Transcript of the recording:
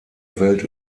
welt